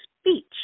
speech